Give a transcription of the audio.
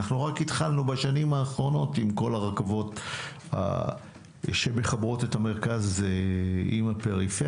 רק התחלנו בשנים האחרונות עם כל הרכבות שמחברות את המרכז עם הפריפריה,